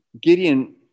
Gideon